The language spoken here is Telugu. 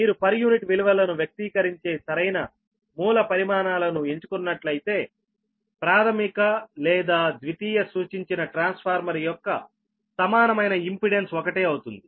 మీరు పర్ యూనిట్ విలువలను వ్యక్తీకరించే సరైన మూల పరిమాణాలను ఎంచుకున్నట్లు అయితేప్రాధమిక లేదా ద్వితీయ సూచించిన ట్రాన్స్ఫార్మర్ యొక్క సమానమైన ఇంపెడెన్స్ ఒకటే అవుతుంది